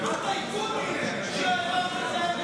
הטייקונים, אין לו שום